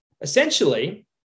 essentially